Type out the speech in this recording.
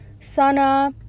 Sana